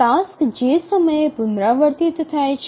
task જે સમયે પુનરાવર્તિત થાય છે